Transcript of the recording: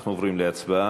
אנחנו עוברים להצבעה